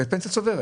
בפנסיה צוברת.